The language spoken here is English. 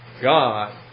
God